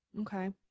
okay